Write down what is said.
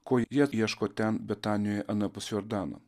ko jie ieško ten betanijoj anapus jordano